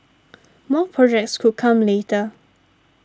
more projects could come later